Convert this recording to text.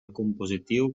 compositiu